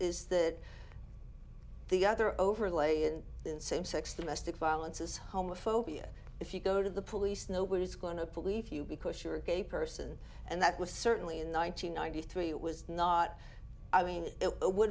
is that the other overlay and then same sex domestic violence is homophobia if you go to the police nobody's going to leave you because you're a gay person and that was certainly in the one nine hundred ninety three it was not i mean it would